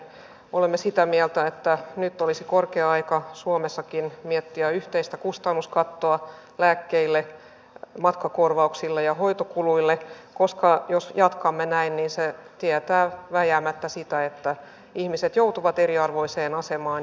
olemme sitä mieltä että nyt olisi korkea aika suomessakin miettiä yhteistä kustannuskattoa lääkkeille matkakorvauksille ja hoitokuluille koska jos jatkamme näin niin se tietää vääjäämättä sitä että ihmiset joutuvat eriarvoiseen asemaan